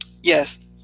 Yes